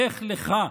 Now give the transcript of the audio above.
לך לך,